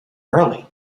early